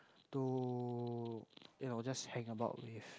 to you know just hang about with